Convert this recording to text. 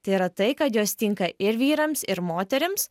tai yra tai kad jos tinka ir vyrams ir moterims